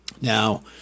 Now